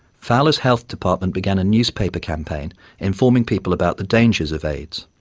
fowler's health department began a newspaper campaign informing people about the dangers of aids.